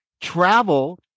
travel